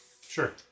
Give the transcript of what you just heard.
sure